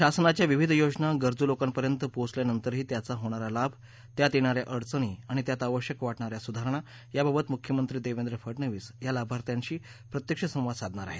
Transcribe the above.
शासनाच्या विविध योजना गरजू लोकांपर्यंत पोचल्यानंतर त्याचा होणारा लाभ त्यात येणाऱ्या अडचणी आणि त्यात आवश्यक वाटणाऱ्या सुधारणा याबाबत मुख्यमंत्री देवेंद्र फडनवीस या लाभाथ्यांशी प्रत्यक्ष संवाद साधणार आहेत